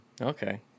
Okay